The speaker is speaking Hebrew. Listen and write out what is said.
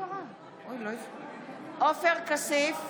עופר כסיף,